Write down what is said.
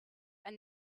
and